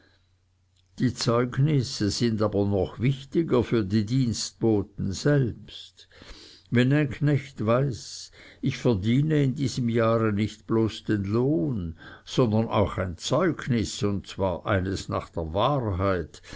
die zeugnisse sind aber noch wichtiger für die dienstboten selbst wenn ein knecht weiß ich verdiene in diesem jahre nicht bloß den lohn sondern auch ein zeugnis und zwar eines nach der wahrheit